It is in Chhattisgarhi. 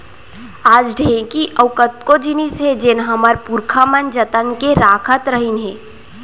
आज ढेंकी अउ कतको जिनिस हे जेन ल हमर पुरखा मन जतन के राखत रहिन हे